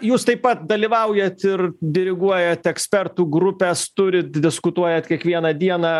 jūs taip pat dalyvaujat ir diriguojat ekspertų grupes turit diskutuojat kiekvieną dieną